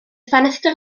ffenestr